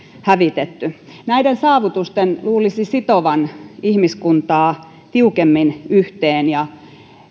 hävitetty näiden saavutusten luulisi sitovan ihmiskuntaa tiukemmin yhteen ja